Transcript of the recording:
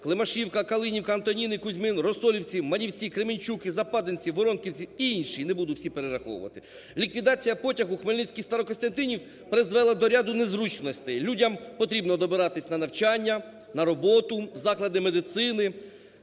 Климашівка, Калинівка, Антоніни, Кузьмин, Росолівці, Манівці, Кременчуг, Западенці, Воронківці, інші, не буду всі перераховувати. Ліквідація потягу Хмельницький-Старокостянтинів призвела до ряду незручностей: людям потрібно добиратись на навчання, на роботу, в заклади медицини